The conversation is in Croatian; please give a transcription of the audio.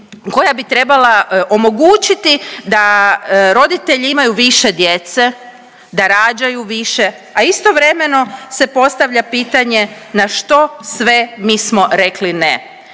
koja bi trebala omogućiti da roditelji imaju više djece, da rađaju više, a istovremeno se postavlja pitanje na što sve mi smo rekli ne?